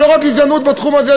יש גזענות לא רק בתחום הזה,